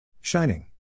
Shining